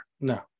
No